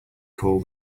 call